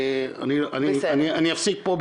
אני אפסיק פה,